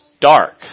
dark